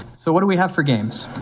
so what do we have for games?